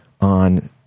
on